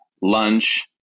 lunch